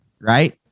right